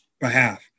behalf